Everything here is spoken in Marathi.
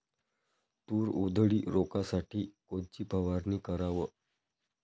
तूर उधळी रोखासाठी कोनची फवारनी कराव?